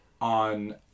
on